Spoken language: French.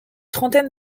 trentaine